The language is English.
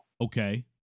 Okay